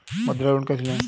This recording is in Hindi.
मुद्रा लोन कैसे ले?